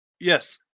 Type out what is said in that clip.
Yes